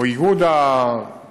או איגוד העצמאים,